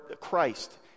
Christ